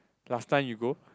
last time you go